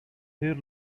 per